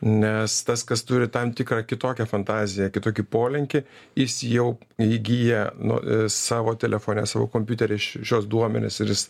nes tas kas turi tam tikrą kitokią fantaziją kitokį polinkį jis jau įgyja nu savo telefone savo kompiuteryje šiuos duomenis ir jis